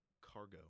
cargo